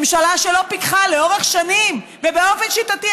ממשלה שלא פיקחה לאורך שנים ובאופן שיטתי,